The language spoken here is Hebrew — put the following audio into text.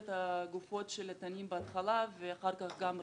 את הגופות של התנים בהתחלה ואחר כך גם הרשות.